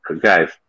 guys